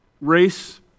Race